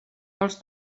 els